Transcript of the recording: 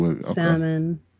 salmon